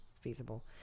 feasible